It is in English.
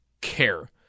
care